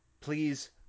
Please